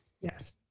Yes